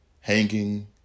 hanging